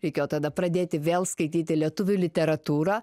reikėjo tada pradėti vėl skaityti lietuvių literatūrą